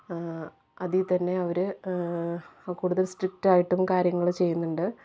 അതിൽ തന്നെ അവര് കൂടുതൽ സ്ട്രിക്റ്റായിട്ടും കാര്യങ്ങൾ ചെയ്യുന്നുണ്ട്